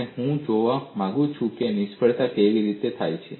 અને હું જોવા માંગુ છું કે નિષ્ફળતા કેવી રીતે થાય છે